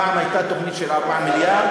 פעם הייתה תוכנית של 4 מיליארד,